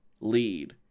lead